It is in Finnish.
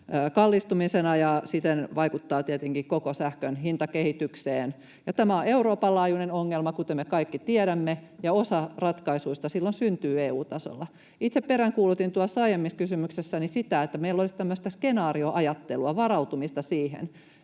kallistumisena, ja siten ne vaikuttavat tietenkin koko sähkön hintakehitykseen. Tämä on Euroopan laajuinen ongelma, kuten me kaikki tiedämme, ja osa ratkaisuista silloin syntyy EU-tasolla. Itse peräänkuulutin aiemmassa kysymyksessäni sitä, että meillä olisi tämmöistä skenaarioajattelua: varautumista siihen,